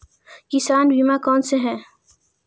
किसान बीमा कौनसे हैं?